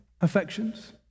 affections